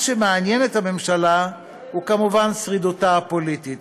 מה שמעניין את הממשלה הוא כמובן שרידותה הפוליטית.